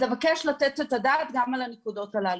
אז אבקש לתת את הדעת גם על הנקודות הללו.